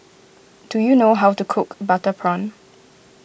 do you know how to cook Butter Prawn